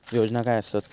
योजना काय आसत?